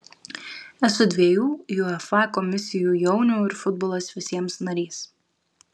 esu dviejų uefa komisijų jaunių ir futbolas visiems narys